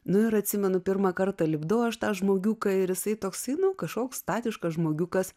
nu ir atsimenu pirmą kartą lipdau aš tą žmogiuką ir jisai toksai kažkoks statiškas žmogiukas